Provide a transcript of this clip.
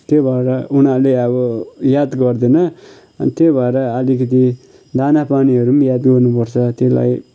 त्यो भएर उनीहरूले अब याद गर्देन अन् त्यो भएर अतिकति दाना पानीहरू पनि याद गर्नुपर्छ त्यसलाई